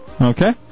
Okay